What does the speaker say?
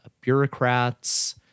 bureaucrats